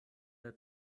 der